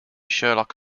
sherlock